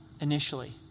initially